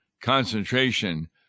concentration